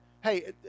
hey